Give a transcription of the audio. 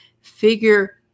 figure